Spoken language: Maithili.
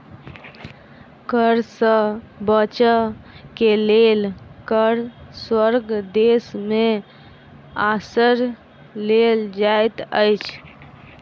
कर सॅ बचअ के लेल कर स्वर्ग देश में आश्रय लेल जाइत अछि